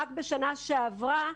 רק בשנה שעברה